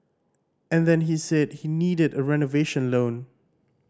and then he said he needed a renovation loan